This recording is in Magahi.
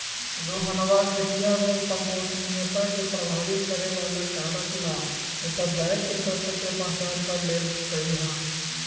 रोहनवा खेतीया में संपोषणीयता के प्रभावित करे वाला कारक ला उत्तरदायी तत्व के पहचान कर लेल कई है